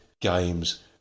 games